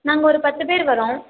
நாங்கள் ஒரு பத்து பேர் வரோம்